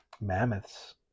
mammoths